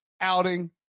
outing